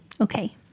Okay